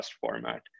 format